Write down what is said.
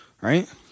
right